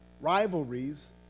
rivalries